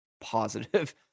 positive